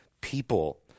people